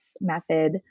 method